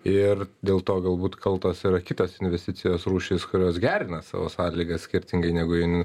ir dėl to galbūt kaltos yra kitos investicijos rūšys kurios gerina savo sąlygas skirtingai negu